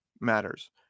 matters